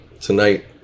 tonight